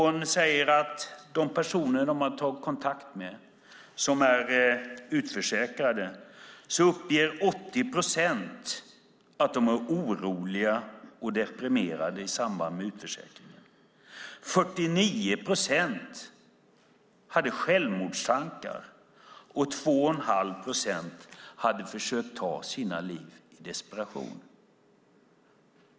Hon säger att av personer som de har tagit kontakt med och som är utförsäkrade uppger 80 procent att de var oroliga och deprimerade i samband med utförsäkringen. 49 procent hade självmordstankar, och 2 1⁄2 procent hade försökt ta sitt liv i desperation.